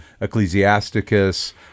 Ecclesiasticus